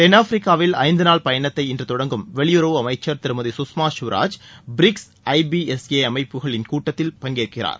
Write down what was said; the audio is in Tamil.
தென் ஆப்பிரிக்காவில் ஐந்து நாள் பயணத்தை இன்று தொடங்கும் வெளியுறவு அமைச்ச் திருமதி சுஷ்மா சுவராஜ் பிரிக்ஸ் ஐபிஎஸ்ஏ அமைப்புகளின் கூட்டத்தில் பங்கேற்கிறார்